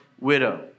widow